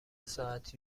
ساعتی